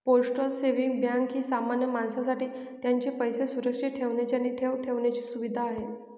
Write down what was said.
postal saving bank ही सामान्य माणसासाठी त्यांचे पैसे सुरक्षित ठेवण्याची आणि ठेव ठेवण्याची सुविधा आहे